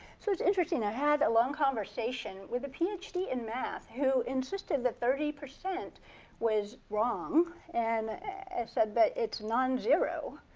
so it's interesting. they ah had a long conversation with a ph d. in math who insisted that thirty percent was wrong and said that it's non-zero.